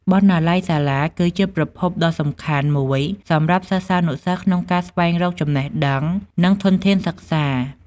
បណ្ណាល័យសាលាគឺជាប្រភពដ៏សំខាន់មួយសម្រាប់សិស្សានុសិស្សក្នុងការស្វែងរកចំណេះដឹង និងធនធានសិក្សា។